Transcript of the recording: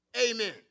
Amen